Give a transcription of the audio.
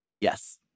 Yes